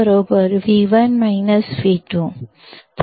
Vd V1 V2